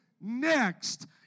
next